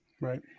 Right